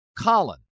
Colin